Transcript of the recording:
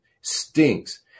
Stinks